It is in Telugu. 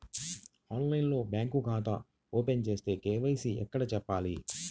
ఆన్లైన్లో బ్యాంకు ఖాతా ఓపెన్ చేస్తే, కే.వై.సి ఎక్కడ చెప్పాలి?